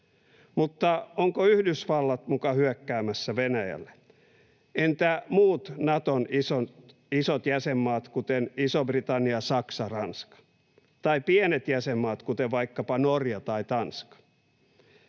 Mutta onko Yhdysvallat muka hyökkäämässä Venäjälle? Entä muut Naton isot jäsenmaat, kuten Iso-Britannia, Saksa, Ranska, tai pienet jäsenmaat, kuten vaikkapa Norja tai Tanska?